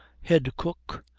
head cook,